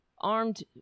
armed